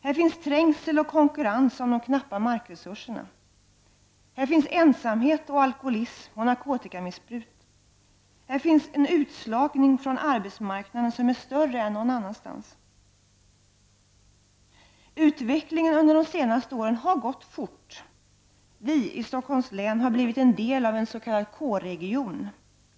Här finns trängsel och konkurrens om de knappa markresurserna. Här finns ensamhet, alkoholism och narkotikamissbruk. Här finns en utslagning från arbetsmarknaden som är större än någon annanstans. Utvecklingen under de senaste åren har gått fort, vi i Stockholms län har blivit en del av en s.k. K region.